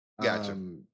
Gotcha